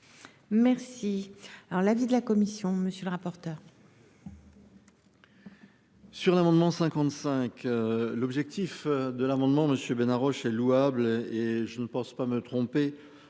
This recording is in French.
Merci. L'avis de la commission. Monsieur le rapporteur.